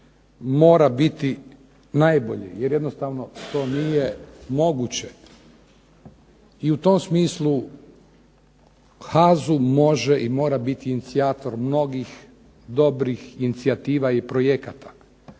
mora biti najbolje jer jednostavno to nije moguće. I u tom smislu HAZU može i mora biti inicijator mnogih dobrih inicijativa i projekata.